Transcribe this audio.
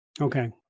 Okay